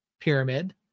pyramid